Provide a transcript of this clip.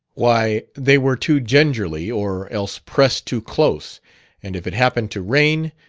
why, they were too gingerly or else pressed too close and if it happened to rain,